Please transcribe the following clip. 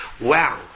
Wow